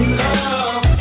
love